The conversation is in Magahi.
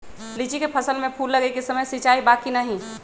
लीची के फसल में फूल लगे के समय सिंचाई बा कि नही?